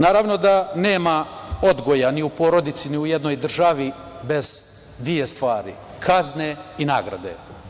Naravno da nema odgoja ni u porodici, ni u jednoj državi bez dve stvari – kazne i nagrade.